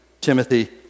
Timothy